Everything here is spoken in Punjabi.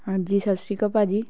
ਹਾਂਜੀ ਸਤਿ ਸ਼੍ਰੀ ਅਕਾਲ ਭਾਅ ਜੀ